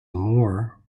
more